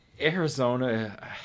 Arizona